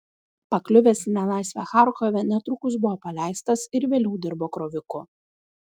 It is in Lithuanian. pakliuvęs į nelaisvę charkove netrukus buvo paleistas ir vėliau dirbo kroviku